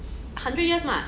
hundred years what